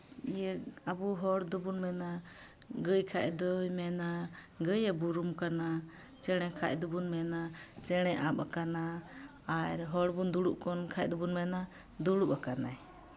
ᱤᱭᱟᱹ ᱟᱵᱚ ᱦᱚᱲ ᱫᱚᱵᱚᱱ ᱢᱮᱱᱟ ᱜᱟᱹᱭ ᱠᱷᱟᱡ ᱫᱚᱭ ᱢᱮᱱᱟ ᱜᱟᱹᱭᱮ ᱵᱩᱨᱩᱢ ᱠᱟᱱᱟ ᱪᱮᱬᱮ ᱠᱷᱟᱡ ᱫᱚᱵᱚᱱ ᱢᱮᱱᱟ ᱪᱮᱬᱮ ᱟᱵ ᱠᱟᱱᱟᱭ ᱟᱨ ᱦᱚᱲ ᱵᱚᱱ ᱫᱩᱲᱩᱵ ᱠᱟᱱ ᱠᱷᱟᱡ ᱫᱚᱵᱚᱱ ᱢᱮᱱᱟ ᱫᱩᱲᱩᱵ ᱟᱠᱟᱱᱟᱭ